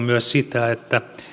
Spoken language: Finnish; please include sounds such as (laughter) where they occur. (unintelligible) myös sitä että